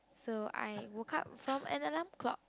so I woke up from an alarm clock